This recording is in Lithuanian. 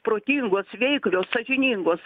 protingos veiklios sąžiningos